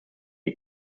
you